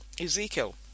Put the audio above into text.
Ezekiel